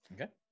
Okay